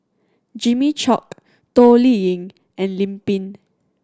Jimmy Chok Toh Liying and Lim Pin